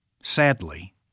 Sadly